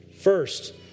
First